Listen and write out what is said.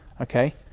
okay